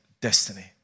destiny